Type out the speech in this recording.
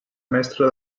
mestre